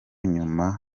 nyuma